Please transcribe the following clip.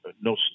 no